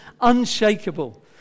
unshakable